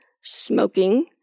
smoking